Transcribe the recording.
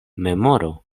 memoru